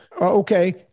Okay